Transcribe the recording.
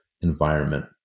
environment